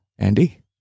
Andy